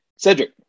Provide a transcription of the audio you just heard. Cedric